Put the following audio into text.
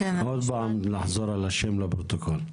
עוד פעם לחזור על השם לפרוטוקול.